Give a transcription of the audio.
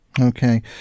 Okay